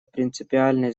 принципиальной